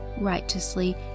righteously